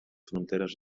fronteres